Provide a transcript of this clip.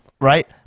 right